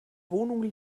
wohnung